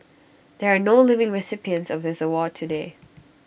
there are no living recipients of this award today